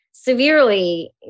severely